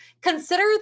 consider